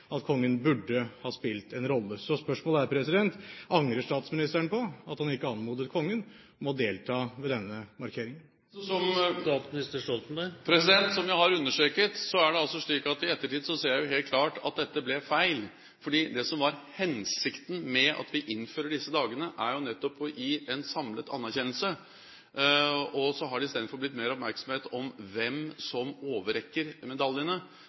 at kongen burde ha spilt en rolle. Så spørsmålet er: Angrer statsministeren på at han ikke anmodet kongen om å delta ved denne markeringen? Som jeg har understreket, er det altså slik at jeg i ettertid ser helt klart at dette ble feil. For hensikten med at vi innfører disse dagene, er jo nettopp å gi en samlet anerkjennelse. Og så har det blitt mer oppmerksomhet om hvem som overrekker medaljene,